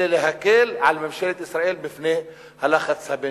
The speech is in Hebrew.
אלא להקל על ממשלת ישראל בפני הלחץ הבין-לאומי.